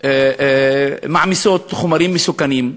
מעמיסות חומרים מסוכנים,